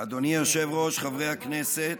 אדוני היושב-ראש, חברי הכנסת,